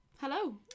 hello